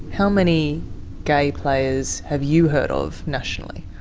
how many gay players have you heard of nationally?